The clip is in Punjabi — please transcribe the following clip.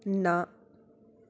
ਨਾ